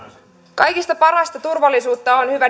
kaikista parasta turvallisuutta on hyvä